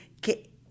que